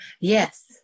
Yes